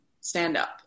stand-up